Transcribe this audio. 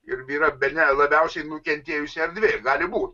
ir yra bene labiausiai nukentėjusi erdvėje gali būt